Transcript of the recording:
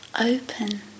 Open